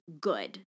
good